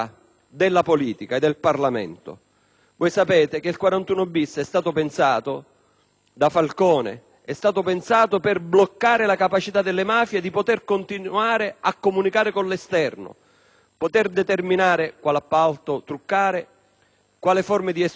È noto che questo regime è stato pensato dal giudice Falcone per bloccare la capacità delle mafie di continuare a comunicare con l'esterno, di determinare quale appalto truccare, quali forme di estorsione mettere in pista,